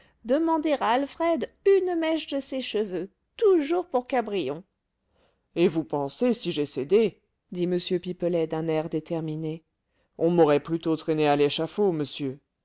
demander à alfred une mèche de ses cheveux toujours pour cabrion et vous pensez si j'ai cédé dit m pipelet d'un air déterminé on m'aurait plutôt traîné à l'échafaud monsieur